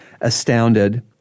astounded